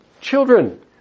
children